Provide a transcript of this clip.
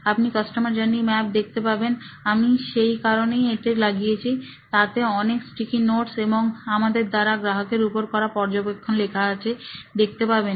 আপনি customer journey map দেখতে পাবেন আমি সেই কারণেই এটি লাগিয়েছি তাতে অনেক স্টিকি নোটস এবং আমাদের দ্বারা গ্রাহকের উপর করা পর্যবেক্ষণ লেখা আছে দেখতে পাবেন